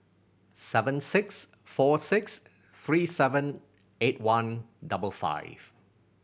seven six four six three seven eight one double five